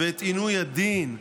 ואת עינוי הדין,